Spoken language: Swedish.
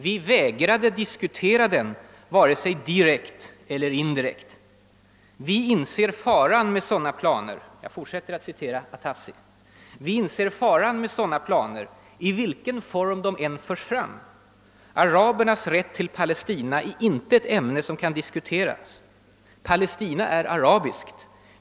Vi vägrade diskutera den, vare sig direkt eller indirekt. Vi inser faran med sådana planer i vilken form de än förs fram. Arabernas rätt till Palestina är inte ett ämne som kan diskuteras. Palestina är arabiskt.